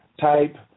type